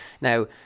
Now